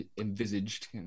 envisaged